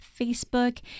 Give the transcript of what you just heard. Facebook